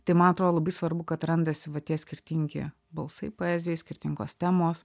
tai ma atro labai svarbu kad randasi va tie skirtingi balsai poezijai skirtingos temos